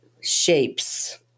shapes